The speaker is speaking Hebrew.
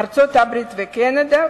ארצות-הברית וקנדה,